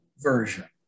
Version